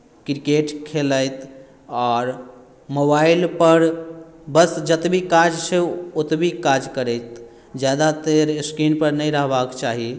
cricket खेलाइत आओर मोबाइलपर बस जतबहि काज छै ओतबहि काज करैत ज्यादातर स्क्रीनपर नहि रहबाक चाही